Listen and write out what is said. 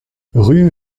rue